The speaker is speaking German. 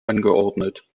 angeordnet